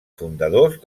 fundadors